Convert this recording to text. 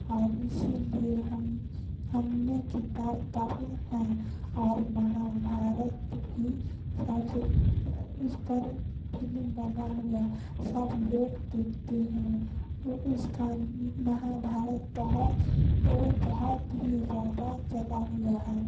और इसलिए हम हमने किताब पढ़ी है और महाभारत भी सब उस पर फिल्म बना हुआ सब लोग देखते हैं उसका महाभारत बहुत हो बहुत ही ज्यादा चला हुआ है